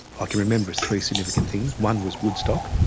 ah can remember three significant things, one was woodstock,